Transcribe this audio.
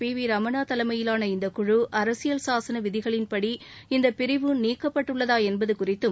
B V Ramana தலைமையிலான இந்த குழு அரசியல் சாசன விதிகளின் படி இந்தப் பிரிவு நீக்கப்பட்டுள்ளதாக என்பது குறித்தும்